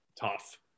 tough